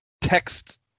text